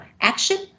action